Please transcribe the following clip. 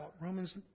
Romans